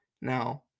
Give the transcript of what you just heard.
Now